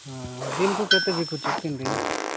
ହଁ ଦିନକୁ କେତେ ବିକୁଛୁ କେମିତି